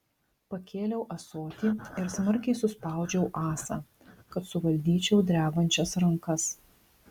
pakėliau ąsotį ir smarkiai suspaudžiau ąsą kad suvaldyčiau drebančias rankas